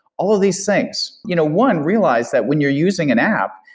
all these things. you know one, realize that when you're using an app,